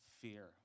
fear